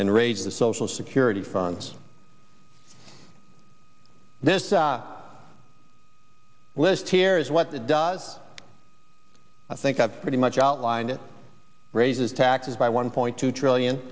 and raised the social security funds this list here is what it does i think i've pretty much outlined it raises taxes by one point two trillion